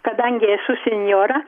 kadangi esu senjora